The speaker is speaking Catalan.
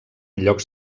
llocs